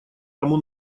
кому